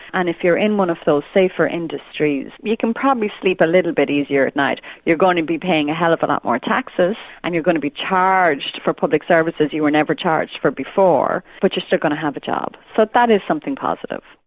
and if you're in one of those safer industries, you can probably sleep a little bit easier at night. you're going to be paying a hell of but lot more taxes, and you're going to be charged for public services you were never charged for before, but you're still going to have a job. so but that is something positive.